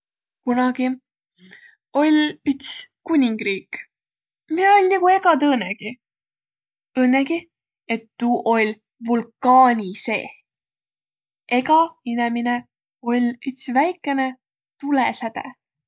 Kunagi oll' üts kuningriik, miä oll' nigu egä tõõnõgi, õnnõgi, et tuu oll' vulkaani seeh. Egä inemine oll' üts väikene tulõsäde.